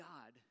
God